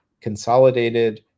consolidated